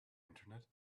internet